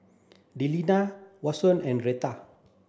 Delinda Vashon and Rheta